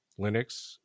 Linux